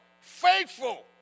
Faithful